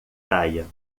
praia